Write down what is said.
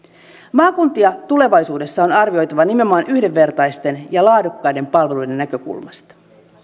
maakuntia tulevaisuudessa on arvioitava nimenomaan yhdenvertaisten ja laadukkaiden palveluiden näkökulmasta